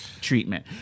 treatment